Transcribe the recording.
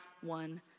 one